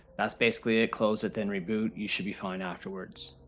that's basically it, close it, then reboot, you should be fine afterwards.